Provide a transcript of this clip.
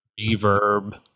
Reverb